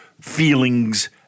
feelings